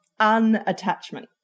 unattachment